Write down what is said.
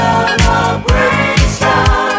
Celebration